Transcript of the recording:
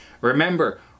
Remember